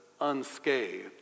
unscathed